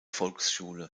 volksschule